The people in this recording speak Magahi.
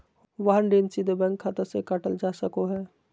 वाहन ऋण सीधे बैंक खाता से काटल जा सको हय